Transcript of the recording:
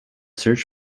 search